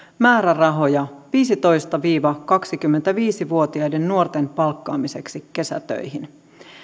määrärahoja viisitoista viiva kaksikymmentäviisi vuotiaiden nuorten palkkaamiseksi kesätöihin